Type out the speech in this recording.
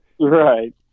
right